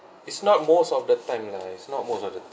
it's not most of the time lah it's not most of the